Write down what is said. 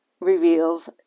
reveals